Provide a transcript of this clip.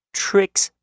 tricks